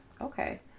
Okay